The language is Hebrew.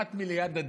כמעט מליד הדלת,